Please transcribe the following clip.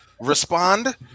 respond